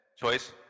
choice